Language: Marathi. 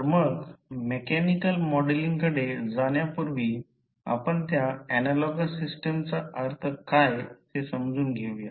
तर मग मेकॅनिकल मॉडेलिंगकडे जाण्यापूर्वी आपण त्या ऍनालॉगस सिस्टमचा अर्थ काय ते समजून घेऊया